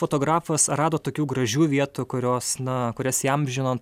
fotografas rado tokių gražių vietų kurios na kurias įamžino